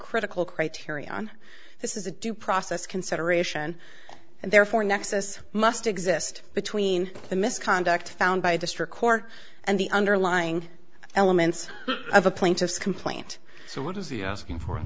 critical criteria on this is a due process consideration and therefore nexus must exist between the misconduct found by district court and the underlying elements of a plaintiff's complaint so what is the asking for in